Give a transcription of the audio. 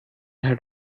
ahead